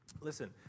Listen